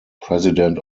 president